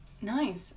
nice